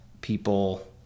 people